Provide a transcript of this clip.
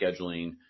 scheduling